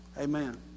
Amen